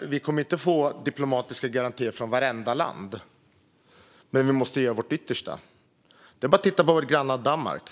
Vi kommer inte att få diplomatiska garantier från vartenda land. Men vi måste göra vårt yttersta. Det är bara att titta på vårt grannland Danmark.